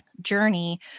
journey